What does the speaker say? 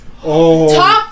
top